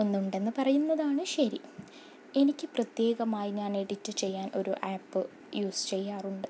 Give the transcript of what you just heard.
ഒന്നുണ്ടെന്ന് പറയുന്നതാണ് ശരി എനിക്ക് പ്രത്യേകമായി ഞാൻ എഡിറ്റ് ചെയ്യാൻ ഒരു ആപ്പ് യൂസ് ചെയ്യാറുണ്ട്